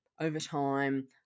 overtime